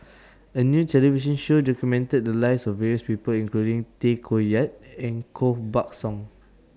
A New television Show documented The Lives of various People including Tay Koh Yat and Koh Buck Song